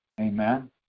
Amen